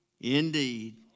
indeed